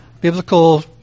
Biblical